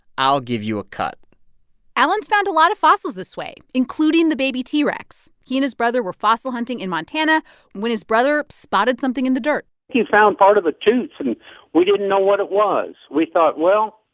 i'll give you a cut alan's found a lot of fossils this way, including the baby t. rex. he and his brother were fossil hunting in montana when his brother spotted something in the dirt he found part of a tooth, and we didn't know what it was. we thought, well,